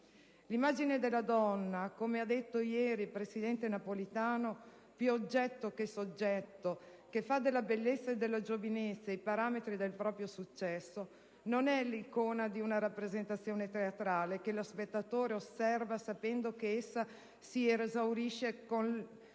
L'immagine della donna, come ha detto ieri il presidente Napolitano, più oggetto che soggetto, che fa della bellezza e della giovinezza i parametri del proprio successo, non è l'icona di una rappresentazione teatrale che lo spettatore osserva sapendo che essa si esaurisce con